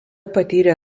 patyrė